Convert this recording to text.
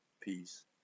peace